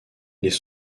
les